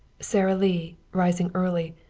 sara lee, rising early,